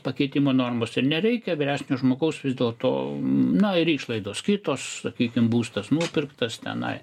pakeitimo normos ir nereikia vyresnio žmogaus vis dėlto na ir išlaidos kitos sakykim būstas nupirktas tenai